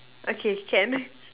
okay can